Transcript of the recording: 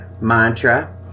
mantra